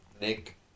Nick